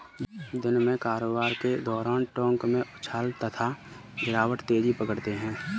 दिन में कारोबार के दौरान टोंक में उछाल तथा गिरावट तेजी पकड़ते हैं